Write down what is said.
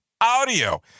Audio